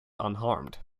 unharmed